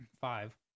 five